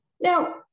Now